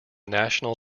national